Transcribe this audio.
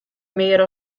mear